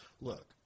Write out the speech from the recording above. look